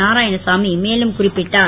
நாராயணசாமி மேலும் குறிப்பிட்டார்